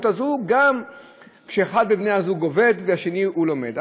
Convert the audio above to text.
הזאת גם כשאחד מבני הזוג עובד והשני לומד.